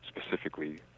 specifically